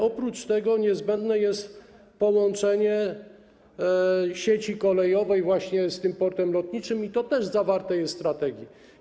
Oprócz tego niezbędne jest połączenie sieci kolejowej właśnie z tym portem lotniczym i to też zawarte jest w strategii.